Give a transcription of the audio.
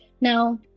Now